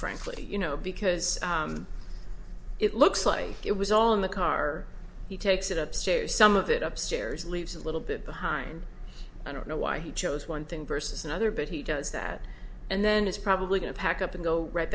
frankly you know because it looks like it was all in the car he takes it up so some of it upstairs leaves a little bit behind i don't know why he chose one thing versus another but he does that and then is probably going to pack up and go wri